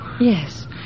Yes